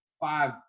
five